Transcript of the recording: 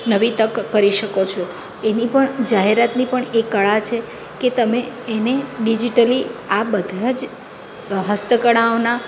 નવી તક કરી શકો છો એની પણ જાહેરાતની પણ એક કળા છે કે તમે એને ડિઝિટલી આ બધા જ હસ્તકળાઓના